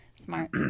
Smart